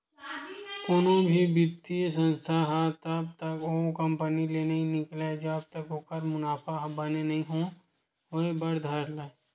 कोनो भी बित्तीय संस्था ह तब तक ओ कंपनी ले नइ निकलय जब तक ओखर मुनाफा ह बने नइ होय बर धर लय